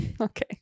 okay